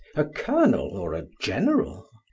a colonel, or a general.